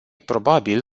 probabil